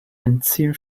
endziel